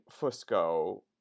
Fusco